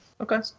Okay